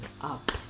up